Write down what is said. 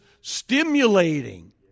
stimulating